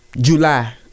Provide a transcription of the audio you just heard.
July